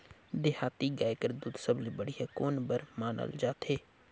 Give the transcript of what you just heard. देहाती गाय कर दूध सबले बढ़िया कौन बर मानल जाथे?